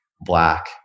Black